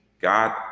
God